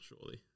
surely